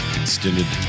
extended